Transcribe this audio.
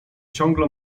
ciągle